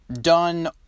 done